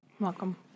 Welcome